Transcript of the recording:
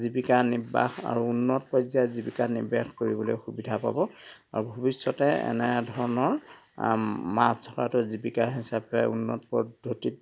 জীৱিকা নিৰ্বাহ আৰু উন্নত পৰ্যায়ত জীৱিকা নিৰ্বাহ কৰিবলৈ সুবিধা পাব আৰু ভৱিষ্যতে এনে ধৰণৰ মাছ ধৰাটো জীৱিকা হিচাপে উন্নত পদ্ধতিত